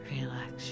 Relax